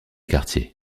quartier